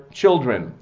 children